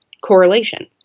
correlation